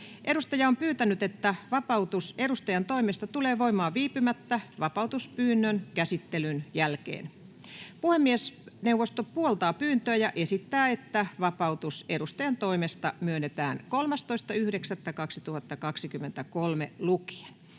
Edustaja on pyytänyt, että vapautus edustajantoimesta tulee voimaan viipymättä vapautuspyynnön käsittelyn jälkeen. Puhemiesneuvosto puoltaa pyyntöä ja esittää, että vapautus edustajantoimesta myönnetään 13.9.2023 lukien.